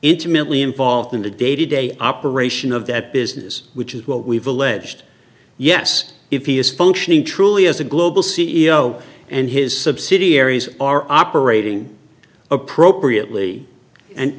intimately involved in the day to day operation of that business which is what we've alleged yes if he is functioning truly as a global c e o and his subsidiaries are operating appropriately and